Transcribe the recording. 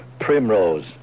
Primrose